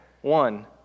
One